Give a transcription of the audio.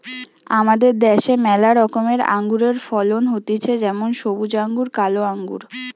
আমাদের দ্যাশে ম্যালা রকমের আঙুরের ফলন হতিছে যেমন সবুজ আঙ্গুর, কালো আঙ্গুর